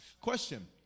Question